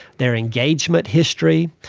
their engagement history,